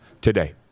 today